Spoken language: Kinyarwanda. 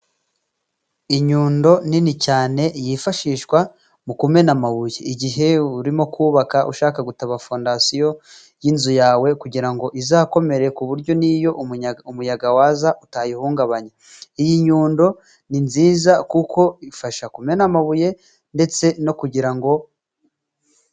Inyundo nini cyane，yifashishwa mu kumena amabuye igihe urimo kubaka， ushaka gutaba fondasiyo y'inzu yawe，kugira ngo izakomere，ku buryo n'iyo umuyaga waza utayihungabanya. Iyi nyundo ni nziza，kuko ifasha kumena amabuye ndetse no kugira ngo...